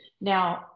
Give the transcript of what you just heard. Now